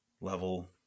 level